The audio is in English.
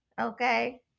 Okay